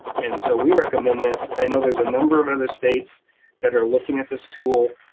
and so we recommend this, i know there's a number of other states that are looking at this tool.